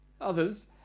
others